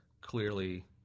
Clearly